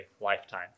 lifetime